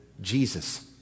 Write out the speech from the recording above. Jesus